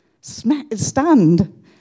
stunned